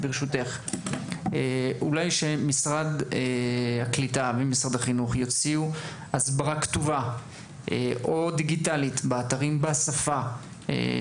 אולי שמשרד הקליטה והחינוך יוציאו הסברה כתובה בשפה המתאימה,